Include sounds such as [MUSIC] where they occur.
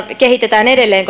kehitetään edelleen [UNINTELLIGIBLE]